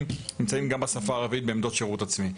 נמצאים גם בשפה הערבית בעמדות שירות עצמי.